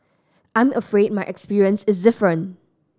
I'm afraid my experience is different